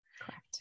Correct